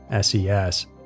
SES